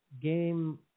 game